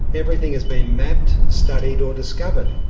everything has been mapped, studied or discovered.